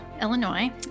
Illinois